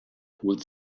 holt